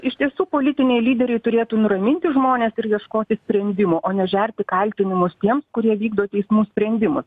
iš tiesų politiniai lyderiai turėtų nuraminti žmones ir ieškoti sprendimų o ne žerti kaltinimus tiems kurie vykdo teismų sprendimus